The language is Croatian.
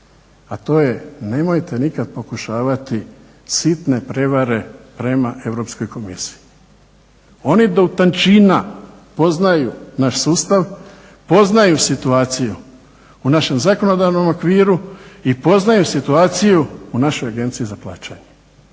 a to je, nemojte nikad pokušavati sitne prevare prema Europskoj komisiji. Oni do utančina poznaju naš sustav, poznaju situaciju u našem zakonodavnom okviru i poznaju situaciju u našoj Agenciji za plaćanje